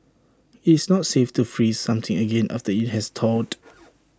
it's not safe to freeze something again after IT has thawed